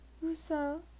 whoso